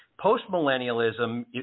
postmillennialism